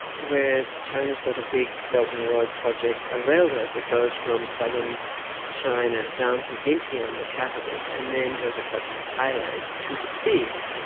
where china has got a big belt and road project, a railroad that goes from southern china down to vientiane, the capital, and then goes across to thailand to the sea.